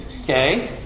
Okay